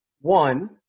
One